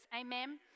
Amen